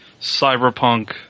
cyberpunk